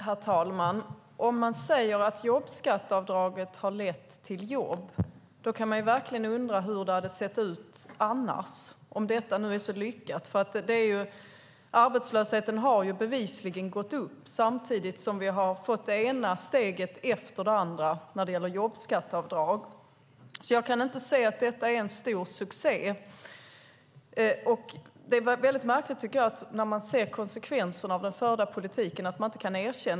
Herr talman! Om man säger att jobbskatteavdraget har lett till jobb och att detta har varit så lyckat kan man verkligen undra hur det annars hade sett ut. Arbetslösheten har bevisligen ökat samtidigt som vi har fått det ena steget efter det andra när det gäller jobbskatteavdrag. Jag kan därför inte se att detta är en stor succé. Jag tycker att det är mycket märkligt att man inte kan erkänna det när man ser konsekvenserna av den förda politiken.